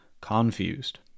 confused